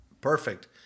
Perfect